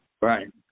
Right